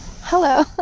hello